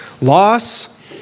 Loss